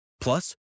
Plus